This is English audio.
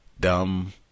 dumb